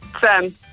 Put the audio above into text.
Sam